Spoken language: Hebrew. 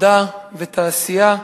עבודה ותעשייה,